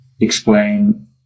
explain